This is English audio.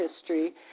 history